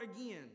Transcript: again